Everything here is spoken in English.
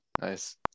nice